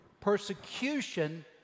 persecution